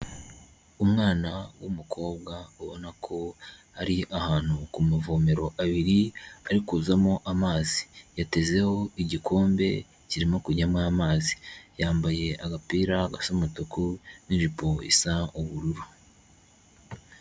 Umwana w'umukobwa ubona ko ari ahantu ku mavomero abiri ari kuzamo amazi. Yatezeho igikombe kirimo kujyamo amazi. Yambaye agapira agasa umutuku n'ijipo isa ubururu.